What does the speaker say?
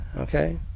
Okay